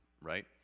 right